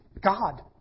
God